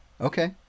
okay